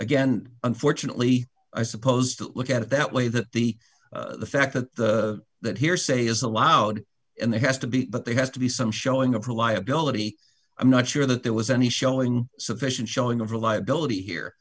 again unfortunately i supposed to look at it that way that the fact that that hearsay is allowed in there has to be but there has to be some showing of reliability i'm not sure that there was any showing sufficient showing of reliability here